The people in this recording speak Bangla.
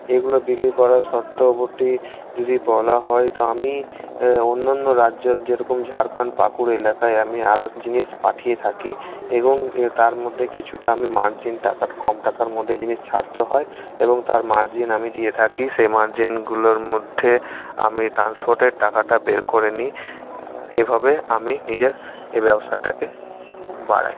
এগুলো বিক্রি করা শর্তবর্তী যদি বলা হয় তো আমি অন্য অন্য রাজ্যের যেরকম ঝাড়খন্ড পাকুর এলাকায় আমি আরও জিনিস পাঠিয়ে থাকি এবং এর তার মধ্যে কিছুটা আমি মার্জিন টাকার কম টাকার মধ্যে জিনিস ছাড়তে হয় এবং তার মার্জিন আমি দিয়ে থাকি সেই মার্জিনগুলোর মধ্যে আমি ট্রান্সপোর্টের টাকাটা বের করে নিই এভাবে আমি নিজের এ ব্যবসাটাকে বাড়াই